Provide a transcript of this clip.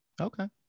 Okay